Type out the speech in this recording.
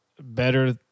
better